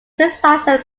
synthesizer